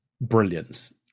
brilliance